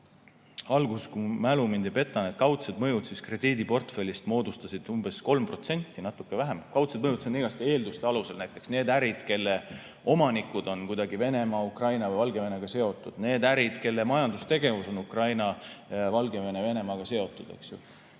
Alguses, kui mu mälu mind ei peta, kaudsed mõjud krediidiportfellist moodustasid umbes 3% või natuke vähem. Kaudsed mõjutused on igasuguste eelduste alusel, näiteks need ärid, kelle omanikud on kuidagi Venemaa, Ukraina või Valgevenega seotud, need ärid, kelle majandustegevus on Ukraina, Valgevene ja Venemaaga